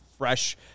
fresh